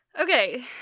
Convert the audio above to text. Okay